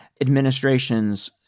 administrations